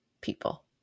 people